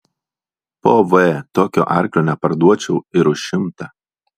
po v tokio arklio neparduočiau ir už šimtą